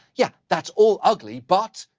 yeah, that's all ugly, but,